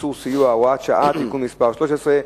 (איסור סיוע) (הוראות שעה) (תיקון מס' 13),